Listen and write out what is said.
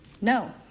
No